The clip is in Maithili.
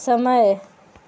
समय